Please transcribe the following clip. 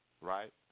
Right